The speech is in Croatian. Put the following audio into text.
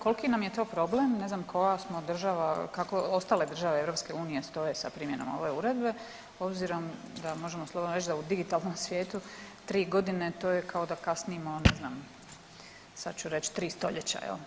Koliki nam je to problem, ne znam koja smo država, kako ostale države EU stoje sa primjenom ove uredbe obzirom da možemo slobodno reći da u digitalnom svijetu tri godine to je kao da kasnimo ne znam sad ću reći tri stoljeća.